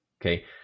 okay